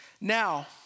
Now